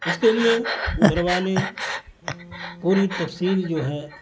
اس کے لیے گھر والے پوری تفصیل جو ہے